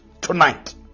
tonight